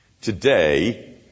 Today